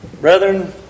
Brethren